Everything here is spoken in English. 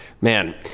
Man